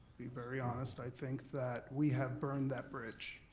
be very honest, i think that we have burned that bridge.